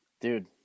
Dude